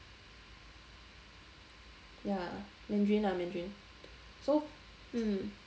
ya mandarin lah mandarin so mm